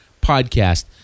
podcast